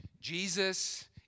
Jesus